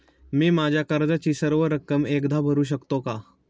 मी माझ्या कर्जाची सर्व रक्कम एकदा भरू शकतो का?